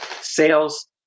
Sales